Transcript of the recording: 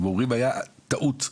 הם אומרים הייתה טעות,